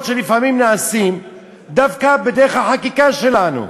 שלפעמים נעשות דווקא בדרך החקיקה שלנו?